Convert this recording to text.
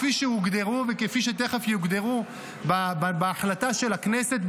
כפי שהוגדרו וכפי שתכף יוגדרו בהחלטה של הכנסת,